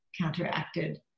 counteracted